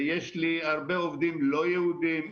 יש לי הרבה עובדים לא יהודים.